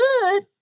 good